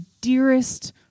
dearest